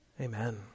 Amen